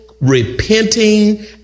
repenting